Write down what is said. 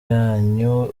yanyu